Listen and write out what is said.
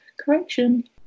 Correction